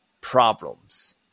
problems